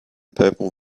purple